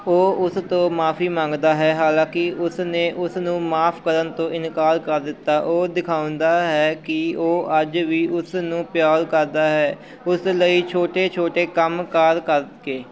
ਉਹ ਉਸ ਤੋਂ ਮੁਆਫ਼ੀ ਮੰਗਦਾ ਹੈ ਹਾਲਾਂਕਿ ਉਸ ਨੇ ਉਸ ਨੂੰ ਮਾਆਫ਼ ਕਰਨ ਤੋਂ ਇਨਕਾਰ ਕਰ ਦਿੱਤਾ ਉਹ ਦਿਖਾਉਂਦਾ ਹੈ ਕਿ ਉਹ ਅੱਜ ਵੀ ਉਸ ਨੂੰ ਪਿਆਰ ਕਰਦਾ ਹੈ ਉਸ ਲਈ ਛੋਟੇ ਛੋਟੇ ਕੰਮ ਕਾਰ ਕਰ ਕੇ